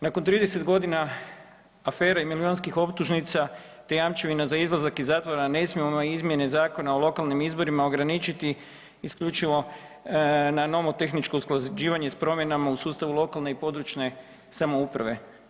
Nakon 30 godina afere milijunskih optužnica te jamčevina za izlazak iz zatvora ne smijemo izmjene Zakona o lokalnim izborima ograničiti isključivo na nomotehničko usklađivanje s promjenama u sustavu lokalne i područne samouprave.